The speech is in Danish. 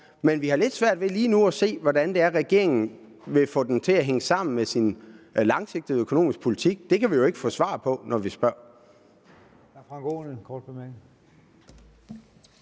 men vi har lidt svært ved lige nu at se, hvordan regeringen vil få den til at hænge sammen med sin langsigtede økonomiske politik. Det kan vi jo ikke få svar på, når vi spørger.